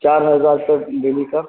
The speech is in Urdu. چار ہزار تک ڈیلی کا